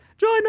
Join